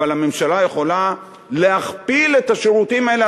אבל הממשלה יכולה להכפיל את השירותים האלה